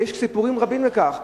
ויש סיפורים רבים על כך.